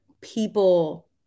people